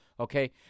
Okay